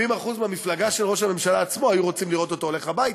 70% מהמפלגה של ראש הממשלה עצמו היו רוצים לראותו הולך הביתה.